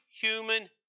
human